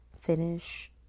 finish